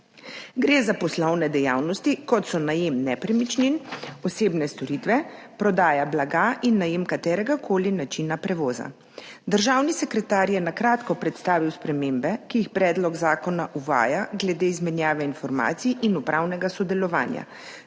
Gre za poslovne dejavnosti, kot so najem nepremičnin, osebne storitve, prodaja blaga in najem kateregakoli načina prevoza. Državni sekretar je na kratko predstavil spremembe, ki jih predlog zakona uvaja glede izmenjave informacij in upravnega sodelovanja